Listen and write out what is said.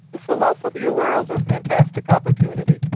this will also be a world of fantastic opportunity,